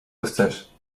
chcesz